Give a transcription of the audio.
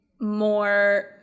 more –